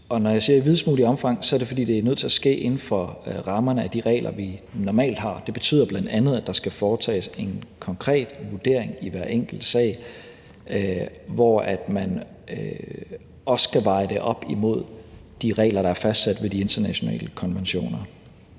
Når jeg siger i videst muligt omfang, er det, fordi det er nødt til at ske inden for rammerne af de regler, vi normalt har. Det betyder bl.a., at der skal foretages en konkret vurdering i hver enkelt sag, hvor man også skal veje det op imod de regler, der er fastsat ved de internationale konventioner.